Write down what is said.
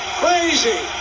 crazy